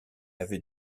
avait